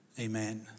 Amen